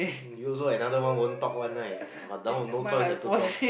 you also like another won't talk one right but now no choice have to talk